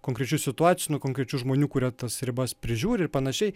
konkrečių situacijų nuo konkrečių žmonių kurie tas ribas prižiūri ir panašiai